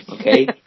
Okay